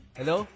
Hello